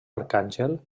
arcàngel